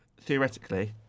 theoretically